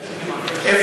יש לנו אדמות מינהל.